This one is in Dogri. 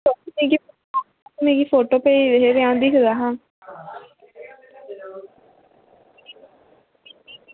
फोटो भेजेओ कि कनेहा रेड गेदा हा